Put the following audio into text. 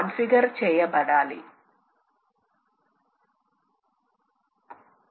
కాబట్టి ఆపరేటర్ కాబట్టి అవి సహాయక భాగాలు